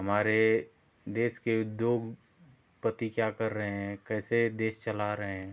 हमारे देश के उद्योग पति क्या कर रहे हैं कैसे देश चला रहे हैं